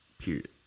Period